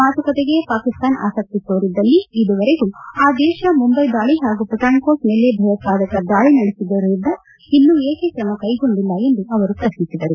ಮಾತುಕತೆಗೆ ಪಾಕಿಸ್ತಾನ ಆಸಕ್ತಿ ತೋರಿದ್ದಲ್ಲಿ ಇದುವರೆಗೂ ಆ ದೇಶ ಮುಂಬೈ ದಾಳ ಹಾಗೂ ಪಠಾಣ್ಕೋನಟ್ ಮೇಲೆ ಭಯೋತ್ಪಾದಕ ದಾಳಿ ನಡೆಸಿದವರ ವಿರುದ್ದ ಇನ್ನೂ ಏಕೆ ಕ್ರಮಕೈಗೊಂಡಿಲ್ಲ ಎಂದು ಅವರು ಪ್ರತ್ನಿಸಿದರು